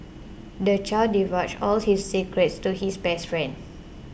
the child divulged all his secrets to his best friend